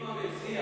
אם המציע